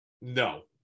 no